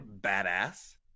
badass